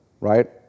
right